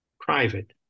private